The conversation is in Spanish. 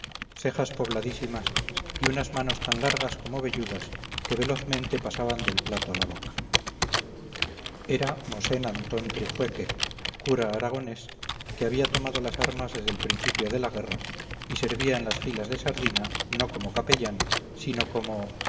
cejas pobladísimas y unas manos tan largas como velludas que velozmente pasaban del plato a la boca era mosén antón trijueque cura aragonés que había tomado las armas desde el principio de la guerra y servía en las filas de sardina no como capellán sino como